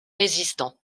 résistant